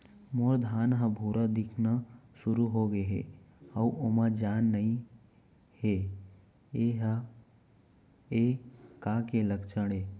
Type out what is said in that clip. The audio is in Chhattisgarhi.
मोर धान ह भूरा दिखना शुरू होगे हे अऊ ओमा जान नही हे ये का के लक्षण ये?